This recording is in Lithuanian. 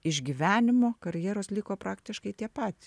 išgyvenimo karjeros liko praktiškai tie patys